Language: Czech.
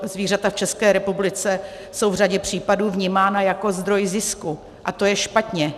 Zvířata v České republice jsou v řadě případů vnímána jako zdroj zisku a to je špatně.